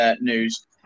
news